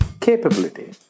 capability